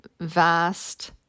vast